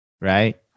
right